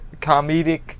comedic